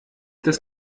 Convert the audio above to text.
des